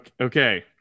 okay